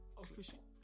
official